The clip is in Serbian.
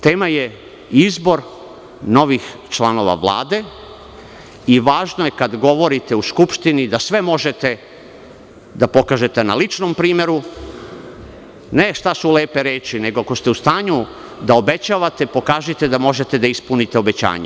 Tema je izbor novih članova Vlade i važno je, kada govorite u Skupštini, da sve možete da pokažete na ličnom primeru, ne šta su lepe reči, nego ako ste u stanju da obećavate, pokažite da možete da ispunite obećanje.